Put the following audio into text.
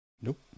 Nope